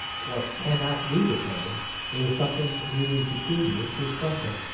what cannot be defended is something really peculiar to prussia,